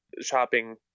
shopping